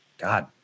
god